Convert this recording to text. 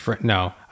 no